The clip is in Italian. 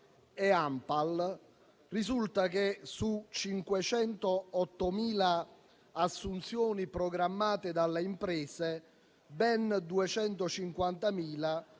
e ANPAL risulta che su 508.000 assunzioni programmate dalle imprese ben 250.000